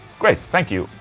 great, thank you.